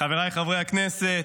חבריי חברי הכנסת,